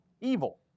evil